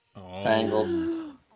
Tangled